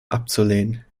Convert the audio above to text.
abzulehnen